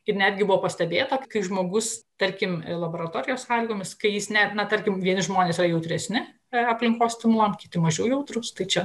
ir netgi buvo pastebėta kai žmogus tarkim laboratorijos sąlygomis kai jis net na tarkim vieni žmonės yra jautresni ir aplinkos stimulam kiti mažiau jautrūs tai čia